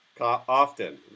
Often